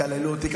תקללו אותי,